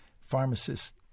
pharmacists